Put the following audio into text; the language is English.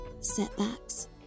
Setbacks